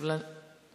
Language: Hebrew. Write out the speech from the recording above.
גברתי